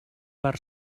per